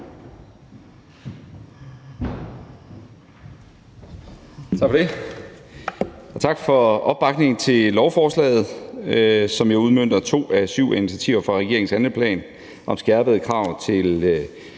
Tak for det, og tak for opbakningen til lovforslaget, som jo udmønter to af syv initiativer fra regeringens handleplan om skærpede krav til